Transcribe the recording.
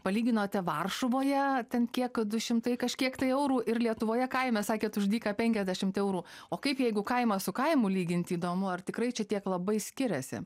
palyginote varšuvoje ten kiek du šimtai kažkiek eurų ir lietuvoje kaime sakėte už dyką penkiasdešimt eurų o kaip jeigu kaimą su kaimu lyginti įdomu ar tikrai čia tiek labai skiriasi